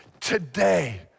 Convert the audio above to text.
today